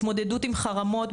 התמודדות עם חרמות,